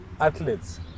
Athletes